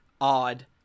odd